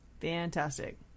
Fantastic